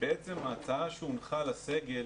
ההצעה שהונחה לסגל